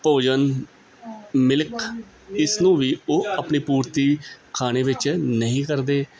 ਭੋਜਨ ਮਿਲਕ ਇਸਨੂੰ ਵੀ ਉਹ ਆਪਣੀ ਪੂਰਤੀ ਖਾਣੇ ਵਿੱਚ ਨਹੀਂ ਕਰਦੇ